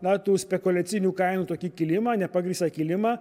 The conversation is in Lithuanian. na tų spekuliacinių kainų tokį kilimą nepagrįstą kilimą